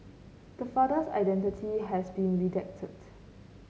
the father's identity has been redacted